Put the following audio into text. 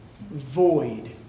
void